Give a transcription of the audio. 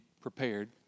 prepared